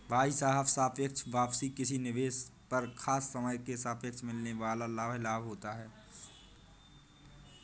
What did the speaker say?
भाई साहब सापेक्ष वापसी किसी निवेश पर खास समय के सापेक्ष मिलने वाल लाभ होता है